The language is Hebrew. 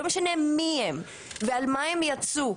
לא משנה מי הם ועל מה הם יצאו,